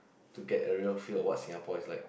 to get a real feel what Singapore is like